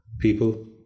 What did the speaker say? people